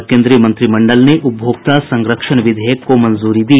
और कोन्द्रीय मंत्रिमंडल ने उपभोक्ता संरक्षण विधेयक को मंजूरी दी